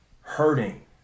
hurting